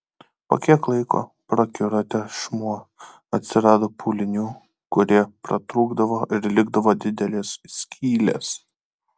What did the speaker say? po kiek laiko prakiuro tešmuo atsirado pūlinių kurie pratrūkdavo ir likdavo didelės skylės